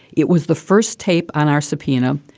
it was the first tape on our subpoena.